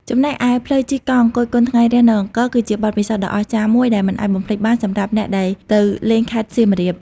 ចំណែកឯ ផ្លូវជិះកង់ គយគន់ថ្ងៃរះនៅអង្គរ គឺជាបទពិសោធន៍ដ៏អស្ចារ្យមួយដែលមិនអាចបំភ្លេចបានសម្រាប់អ្នកដែលទៅលេងខេត្តសៀមរាប។